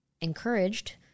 encouraged